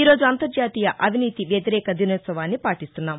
ఈ రోజు అంతర్జాతీయ అవినీతి వ్యతిరేక దినోత్సవాన్ని పాటిస్తున్నాం